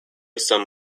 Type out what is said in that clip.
some